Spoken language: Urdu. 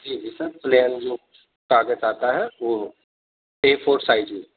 جی جی سر پلین کاغذ آتا ہے وہ اے فور سائز میں